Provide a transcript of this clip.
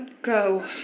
Go